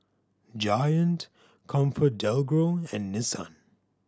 Giant ComfortDelGro and Nissan